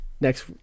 next